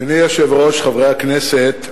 אדוני היושב-ראש, חברי הכנסת,